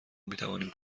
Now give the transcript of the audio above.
میتوانیم